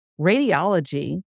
Radiology